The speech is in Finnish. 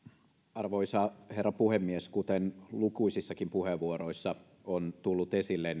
arvoisa herra puhemies kuten lukuisissakin puheenvuoroissa on tullut esille